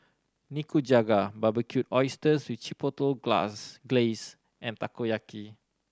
Nikujaga Barbecued Oysters with Chipotle Glass Glaze and Takoyaki